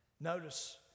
Notice